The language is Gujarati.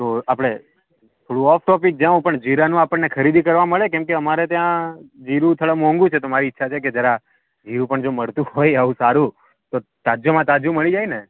તો આપણે થોડું ઓફ ટૉપિક જાઉં પણ જીરાનું આપણને ખરીદી કરવા મળે કેમકે અમારે ત્યાં જીરું થોડા મોંઘું છે તો મારી ઈચ્છા છે કે જરા જીરું પણ જો મળતું હોય આવું સારું તો તાજામાં તાજું મળી જાય ને